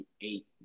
eight